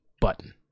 button